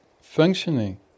functioning